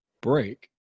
break